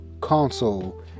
console